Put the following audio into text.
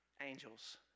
angels